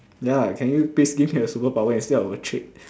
ya can you please give me a superpower instead of a trick